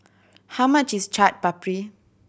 how much is Chaat Papri